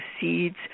seeds